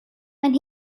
and